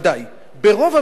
ודאי.